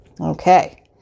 Okay